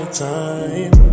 time